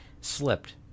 slipped